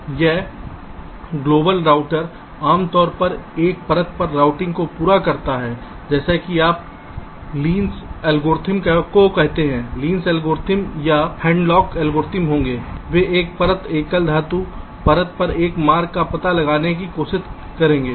अब वैश्विक राउटर आमतौर पर एक परत पर रूटिंग को पूरा करता है जैसे कि आप ली'स एल्गोरिदम Lee's algorithm को कहते हैं वे ली'स एल्गोरिथ्म या हैडलॉक के एल्गोरिदम होंगे वे एक परत एकल धातु परत पर एक मार्ग का पता लगाने की कोशिश करेंगे